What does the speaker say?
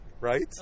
Right